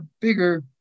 bigger